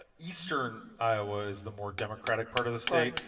eastern iowa is the more democratic part of the state.